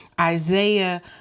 Isaiah